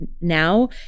now